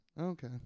Okay